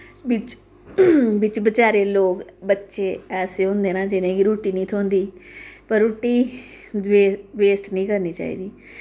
बिच्च बचारे लोक बच्चे ऐसे होंदे नै जिनेंगी रुट्टी निं थ्होंदी रुट्टी वेस्ट निं करनी चाही दी